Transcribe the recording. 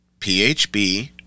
PHB